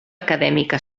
acadèmica